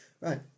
Right